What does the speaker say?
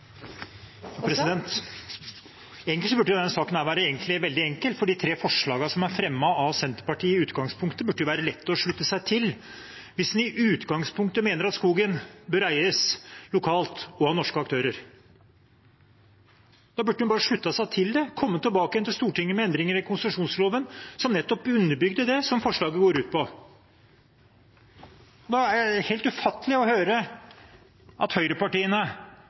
veldig enkel, for de tre forslagene som er fremmet av bl.a. Senterpartiet, burde det være lett å slutte seg til, hvis man i utgangspunktet mener at skogen bør eies lokalt og av norske aktører. Da burde man bare sluttet seg til det. Man burde komme tilbake igjen til Stortinget med endringer i konsesjonsloven som nettopp underbygde det som forslaget går ut på. Det er helt ufattelig å høre at høyrepartiene